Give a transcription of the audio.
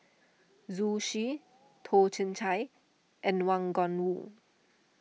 Zhu Xu Toh Chin Chye and Wang Gungwu